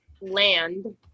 Land